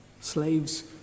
Slaves